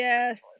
Yes